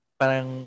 parang